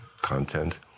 content